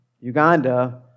Uganda